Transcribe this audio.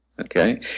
okay